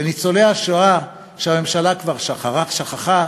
לניצולי השואה, שהממשלה כבר שכחה,